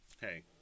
Hey